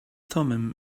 thummim